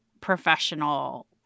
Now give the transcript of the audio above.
professional